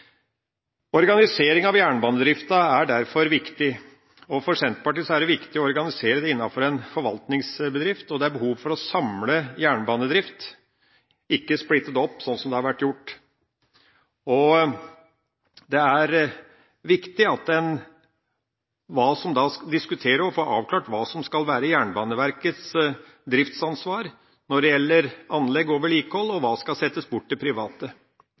Organisering av jernbanedrifta er derfor viktig, og for Senterpartiet er det viktig å organisere den innenfor en forvaltningsbedrift, og det er behov for å samle jernbanedrift – ikke splitte den opp, slik det har vært gjort. Det er viktig å diskutere og få avklart hva som skal være Jernbaneverkets driftsansvar når det gjelder anlegg og vedlikehold, og hva som skal settes bort til private.